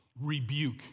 rebuke